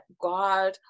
God